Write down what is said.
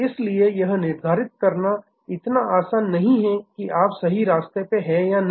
इसलिए यह निर्धारित करना इतना आसान नहीं है कि आप सही रास्ते पर हैं या नहीं